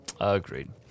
Agreed